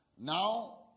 Now